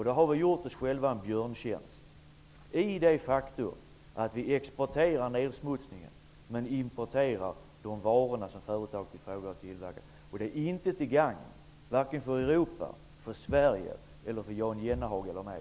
Då har vi gjort oss själva en björntjänst genom att vi exporterar nedsmutsningen och importerar de varor som företaget i fråga tillverkar. Det är inte till gagn för Europa, Sverige, Jan Jennehag eller mig.